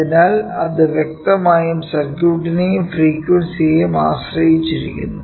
അതിനാൽ അത് വ്യക്തമായും സർക്യൂട്ടിനെയും ഫ്രീക്വൻസിയെയും ആശ്രയിച്ചിരിക്കുന്നു